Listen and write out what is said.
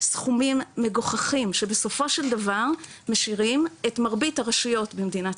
סכומים מגוחכים שבסופו של דבר משאירים את מרבית הרשויות במדינת